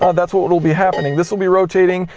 ah that's what what will be happening this will be rotating,